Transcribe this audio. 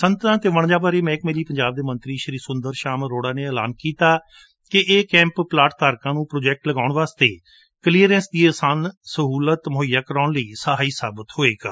ਸਨਅਤਾਂ ਅਤੇ ਵਣਜਾਂ ਬਾਰੇ ਮਹਿਕਮੇ ਲਈ ਪੰਜਾਬ ਦੇ ਮੰਤਰੀ ਸ਼੍ਰੀ ਸੂੰਦਰ ਸ਼ਿਆਮ ਅਰੋੜਾ ਨੇ ਐਲਾਨ ਕੀਤਾ ਕਿ ਇਹ ਕੈਂਪ ਪਲਾਟ ਧਾਰਕਾਂ ਨੂੰ ਪ੍ਰੋਜੈਕਟ ਲਗਾਉਣ ਵਾਸਤੇ ਕਲੀਅਰੇਂਸ ਦੀ ਆਸਾਨ ਸਹੂਲਤ ਮੁਹੱਈਆ ਕਰਵਾਉਣ ਵਿਚ ਸਹਾਈ ਹੋਵੇਗਾ